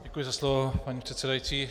Děkuji za slovo, paní předsedající.